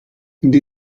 gdy